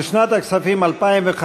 לשנת הכספים 2015,